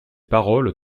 paroles